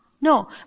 No